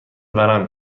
ورم